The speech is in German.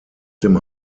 dem